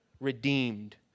redeemed